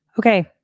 Okay